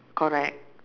correct